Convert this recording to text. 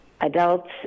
adults